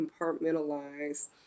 compartmentalize